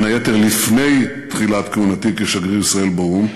בין היתר לפני תחילת כהונתי כשגריר ישראל באו"ם